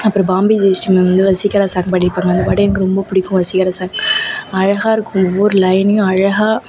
அப்புறம் Bombay Jayashri ma'am Vaseegara song பாடி இருப்பாங்க அந்த பாட்டு எனக்கு ரொம்ப பிடிக்கும் வசீகரா சாங்க் அழகாக இருக்கும் ஒவ்வொரு லைனையும் அழகாக